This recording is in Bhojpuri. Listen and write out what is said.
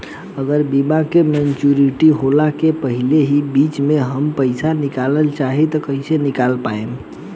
अगर बीमा के मेचूरिटि होला के पहिले ही बीच मे हम पईसा निकाले चाहेम त कइसे निकाल पायेम?